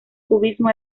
cubismo